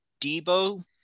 Debo